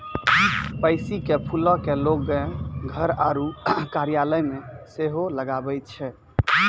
pansy के फूलो के लोगें घर आरु कार्यालय मे सेहो लगाबै छै